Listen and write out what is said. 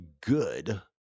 good